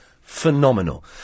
phenomenal